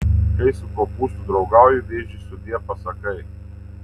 kai su kopūstu draugauji vėžiui sudie pasakai